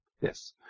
Yes